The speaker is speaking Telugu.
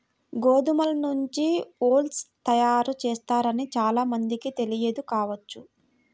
గోధుమల నుంచి ఓట్స్ తయారు చేస్తారని చాలా మందికి తెలియదు కావచ్చు